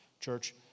Church